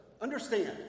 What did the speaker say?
understand